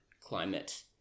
climate